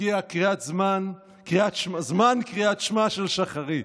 "הגיע זמן קריאת שמע של שחרית".